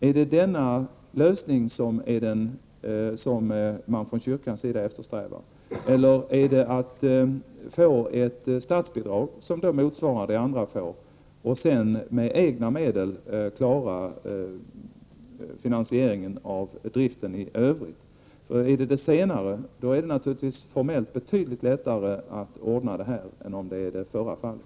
Är det denna lösning som man från kyrkans sida eftersträvar, eller vill man få ett statsbidrag som motsvarar vad andra får och sedan med egna medel klara finansiering av driften i övrigt? Är det fråga om det senare är det naturligvis formellt sett betydligt lättare att ordna än i det förra fallet.